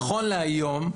נכון להיום,